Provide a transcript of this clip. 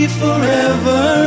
forever